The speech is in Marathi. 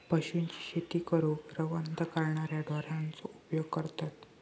पशूंची शेती करूक रवंथ करणाऱ्या ढोरांचो उपयोग करतत